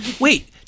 Wait